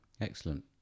Excellent